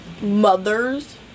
mothers